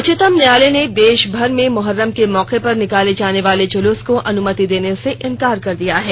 उच्चतम न्यायालय ने देशभर में मुहर्रम के मौके पर निकाले जाने वाले जुलूस को अनुमति देने से इनकार कर दिया है